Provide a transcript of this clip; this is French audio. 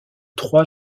trois